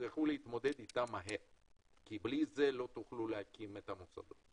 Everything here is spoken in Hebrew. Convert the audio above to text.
שתצטרכו להתמודד אתה מהר כי בלי זה לא תוכלו להקים את המוסדות.